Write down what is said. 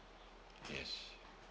yes